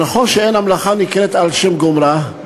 נכון ש"אין המלאכה נקראת על שם גומרה",